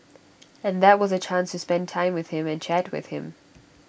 and that was A chance to spend time with him and chat with him